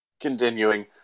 continuing